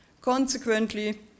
Consequently